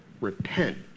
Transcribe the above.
Repent